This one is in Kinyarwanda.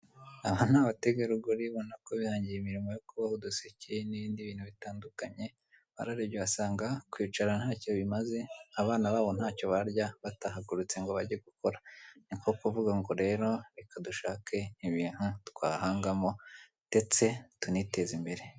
Aha ni abategarugori ubona ko bihangiye imirimo nyuma yo kuboha uduseke n'ibindi bintu bitandukanye, bararembye basanga kwicara ntacyo bimaze abana babo ntacyo barya batahagurutse ngo bajye gukora, niko kuvuga ngo rero reka dushake ibintu twahangamo ndetse tuniteze imbere.